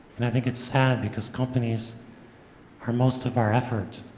and i think it's sad, because companies are most of our effort.